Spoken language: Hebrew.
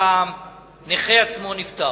אם הנכה עצמו נפטר.